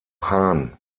hahn